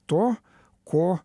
to ko